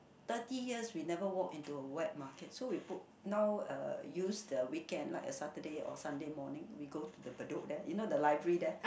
thirty years we never walk into a wet market so we book now uh use the weekend like a Saturday or Sunday morning we go the Bedok there you know the library there